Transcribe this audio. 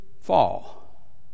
fall